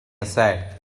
aside